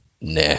nah